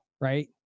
Right